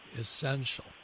essential